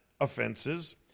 offenses